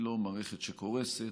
היא לא מערכת שקורסת.